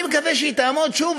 אני מקווה שהיא תעמוד שוב,